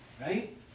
right